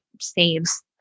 saves